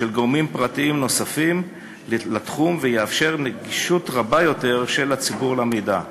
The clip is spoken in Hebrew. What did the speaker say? של גורמים פרטיים נוספים לתחום ויאפשר נגישות רבה יותר של הציבור למידע.